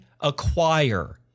acquire